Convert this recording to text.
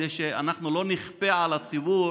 כדי שאנחנו לא נכפה על הציבור,